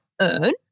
earn